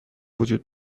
وجود